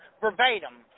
verbatim